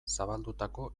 zabaldutako